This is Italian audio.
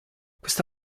questa